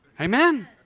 Amen